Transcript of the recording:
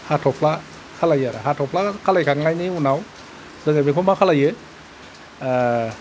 हाथफ्ला खालायो आरो हाथफ्ला खालामखांनायनि उनाव जों बिखौ मा खालामो